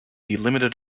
limited